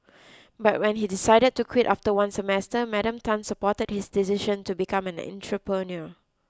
but when he decided to quit after one semester Madam Tan supported his decision to become an entrepreneur